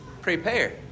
Prepare